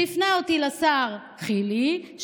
שהפנה אותי לשר חילי,